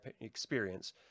experience